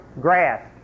grass